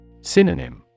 Synonym